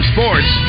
Sports